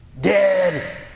Dead